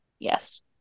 yes